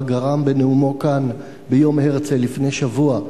גרם בנאומו כאן ביום הרצל לפני שבוע,